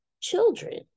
children